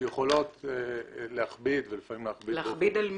שיכולים להכביד ולפעמים --- להכביד על מי?